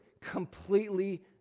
completely